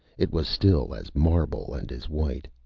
it was still as marble, and as white.